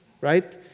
Right